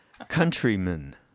Countrymen